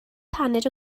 paned